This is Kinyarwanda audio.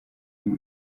iwe